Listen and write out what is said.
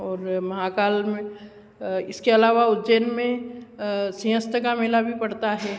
और महाकाल में इसके अलावा उज्जैन में सिंहस्त का मेला भी पड़ता है